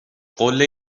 قله